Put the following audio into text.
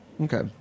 Okay